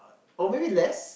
or maybe less